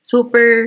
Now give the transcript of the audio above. Super